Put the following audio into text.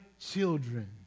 children